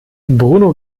bruno